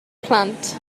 blant